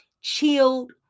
chilled